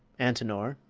antenor,